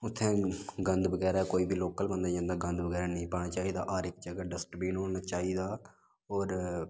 उत्थै गंद बगैरा कोई बी लोकल बंदा जंदा गंद बगैरा नेईं पाना चाहिदा हर इक जगह् डस्टबीन होना चाहिदा होर